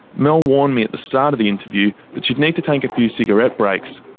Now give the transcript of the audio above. mel warned me at the start of the interview that she'd need to take a few cigarette breaks.